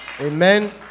amen